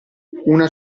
una